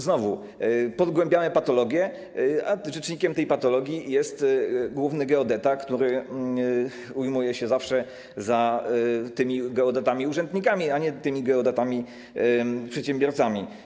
Znowu pogłębiamy patologię, a rzecznikiem tej patologii jest główny geodeta, który ujmuje się zawsze za geodetami urzędnikami, a nie geodetami przedsiębiorcami.